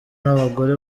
n’abagore